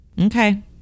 okay